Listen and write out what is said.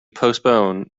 postpone